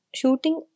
shooting